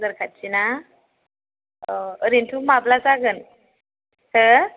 बाजार खाथि ना अ ओरैनोथ' माब्ला जागोन हो